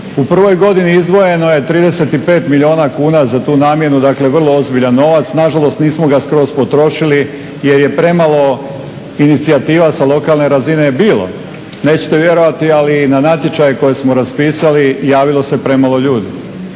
U prvoj godini izdvojeno je 35 milijuna kuna za tu namjenu, dakle vrlo ozbiljan novac. Nažalost, nismo ga skroz potrošili jer je premalo inicijativa sa lokalne razine bilo. Nećete vjerovati ali na natječaje koje smo raspisali javilo se premalo ljudi.